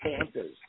Panthers